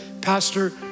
Pastor